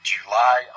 July